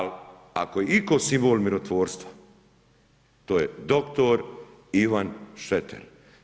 Ali ako je itko simbol mirotvorstva to je dr. Ivan Šreter.